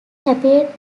appeared